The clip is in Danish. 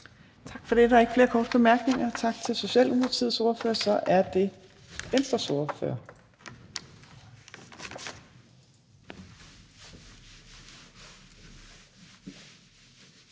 Tak for det. Der er ikke flere korte bemærkninger. Tak til Socialdemokratiets ordfører. Så er det Venstres ordfører,